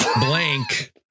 Blank